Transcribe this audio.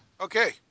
Okay